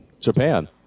Japan